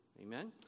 Amen